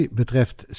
betreft